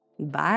Bye